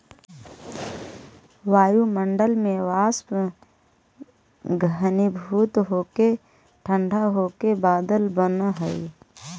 वायुमण्डल में वाष्प घनीभूत होके ठण्ढा होके बादल बनऽ हई